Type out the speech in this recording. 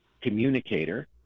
communicator